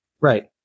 right